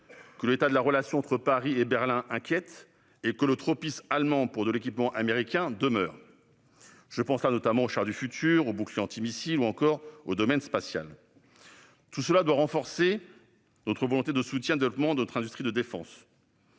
que l'état de la relation entre Paris et Berlin inquiète et que le tropisme allemand pour l'équipement américain demeure. Je pense notamment au char du futur, au bouclier antimissile ou encore au domaine spatial. Tout cela doit renforcer notre volonté de soutien et de développement de notre industrie de défense.